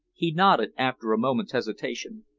he nodded, after a moment's hesitation.